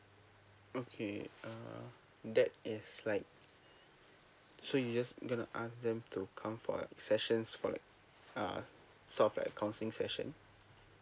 okay uh that is like so you just gonna ask them to come for sessions for like uh sort of like counseling session